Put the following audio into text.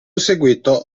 seguito